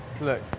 look